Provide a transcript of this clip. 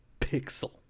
Pixel